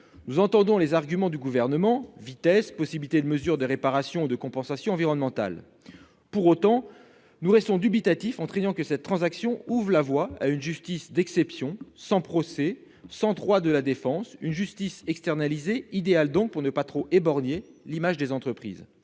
d'une telle procédure et à la possibilité de mesures de réparation ou de compensation environnementale. Pour autant, nous restons dubitatifs, craignant que cette transaction n'ouvre la voie à une justice d'exception, sans procès ni droits de la défense ; une justice externalisée, idéale pour ne pas trop abîmer l'image des entreprises.